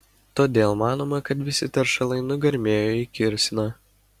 todėl manoma kad visi teršalai nugarmėjo į kirsną